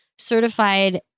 certified